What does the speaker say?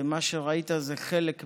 מה שראית זה חלק מהאירוע,